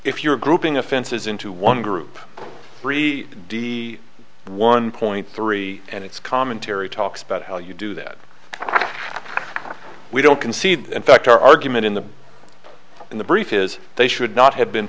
if you're grouping offenses into one group three d one point three and it's commentary talks about how you do that we don't concede in fact our argument in the in the brief is they should not have been